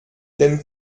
den